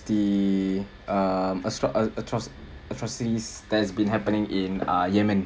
the um astro~ atroci~ atrocities that has been happening in yemen